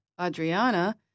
Adriana